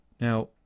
Now